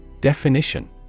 Definition